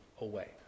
away